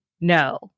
no